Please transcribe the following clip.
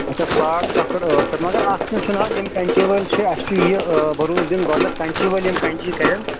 اچھا ساڑ سَتھ پٮ۪ٹھ ٲٹھ شیٚتھ مگر اَکھ چیٖز چھنہٕ حظ یِم کَنٛچی وٲلۍ چھِ اسہِ چھُ یہِ بَروس یِم گۄڈنیٚتھ کَنٛچی وٲلۍ یِم کَنچی کَرن